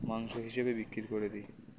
মাংস হিসেবে বিক্রি করে দিই